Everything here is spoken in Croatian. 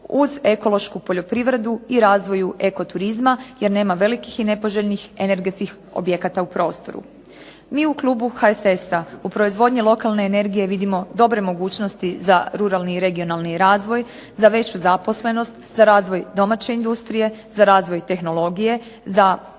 uz ekološku poljoprivredu i razvoju eko turizma jer nema velikih i nepoželjnih energetskih objekata u prostoru. Mi u klubu HSS-a u proizvodnje lokalne energije vidimo dobre mogućnosti za ruralni i regionalni razvoj, za veću zaposlenost, za razvoj domaće industrije, za razvoj tehnologije, za očuvanje